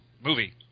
Movie